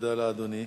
תודה לאדוני.